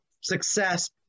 success